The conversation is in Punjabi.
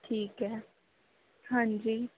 ਠੀਕ ਹੈ ਹਾਂਜੀ